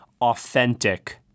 authentic –